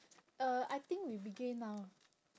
uh I think we begin now